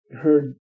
heard